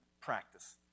practice